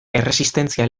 erresistentzia